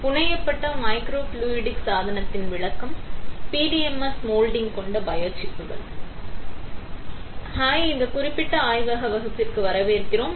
புனையப்பட்ட microfluidic சாதனத்தின் விளக்கம் PDMS moulding கொண்ட பயோசிப்கள் ஹாய் இந்த குறிப்பிட்ட ஆய்வக வகுப்பிற்கு வரவேற்கிறோம்